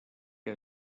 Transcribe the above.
que